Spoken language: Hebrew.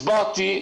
הסברתי,